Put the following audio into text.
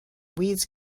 weeds